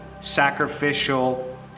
sacrificial